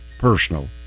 personal